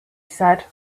said